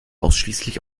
ausschließlich